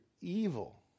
evil